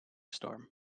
storm